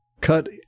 cut